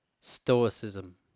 stoicism